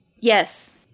Yes